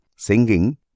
Singing